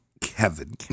Kevin